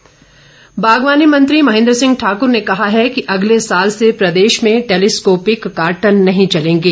महेन्द्र सिंह बागवानी मंत्री महेन्द्र सिंह ठाकुर ने कहा है कि अगले साल से प्रदेश में टैलीस्कोपिक कार्टन नहीं चलेंगे